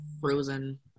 frozen